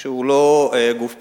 שהוא לא גוף פוליטי,